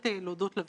של הציבור,